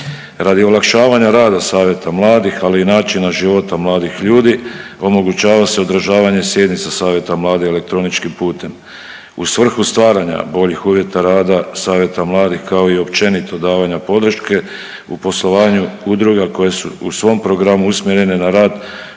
Radi olakšavanja rada Savjeta mladih ali i načina života mladih ljudi omogućava se održavanje sjednica Savjeta mladih elektroničkim putem u svrhu stvaranja boljih uvjeta rada Savjeta mladih kao i općenito davanja podrške u poslovanju udruga koje su u svom programu usmjerene na rad